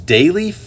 Daily